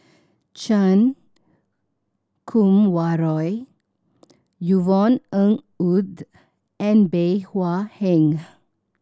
Chan Kum Wah Roy Yvonne Ng Uhde and Bey Hua Heng